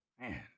man